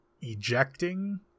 ejecting